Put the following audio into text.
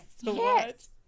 yes